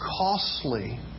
costly